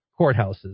courthouses